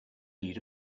need